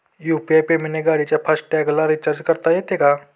UPI पेमेंटने गाडीच्या fast टॅगला रिर्चाज करता येते का?